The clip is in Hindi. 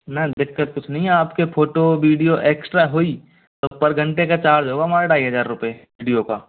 ना दिक्कत कुछ नहीं है आप के फ़ोटो विडियो एक्स्ट्रा हुई तो पर घंटे का चार्ज होगा हमारा ढाई हज़ार रुपये विडियो का